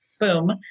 Boom